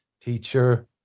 teacher